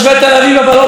ומילה אחת אחרונה,